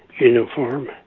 uniform